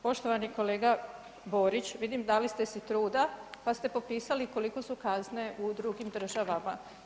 Poštovani kolega Borić, vidim dali ste si truda, pa ste popisali koliko su kazne u drugim državama.